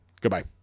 goodbye